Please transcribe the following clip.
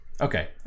Okay